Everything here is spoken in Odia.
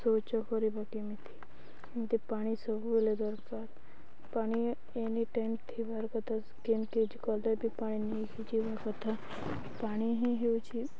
ଶୌଚ କରିବା କେମିତି ପାଣି ସବୁବେଳେ ଦରକାର ପାଣି ଏନି ଟାଇମ୍ ଥିବାର କଥା କେମିତି କଲେ ବି ପାଣି ନେଇକି ଯିବା କଥା ପାଣି ହିଁ ହେଉଛି